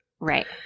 Right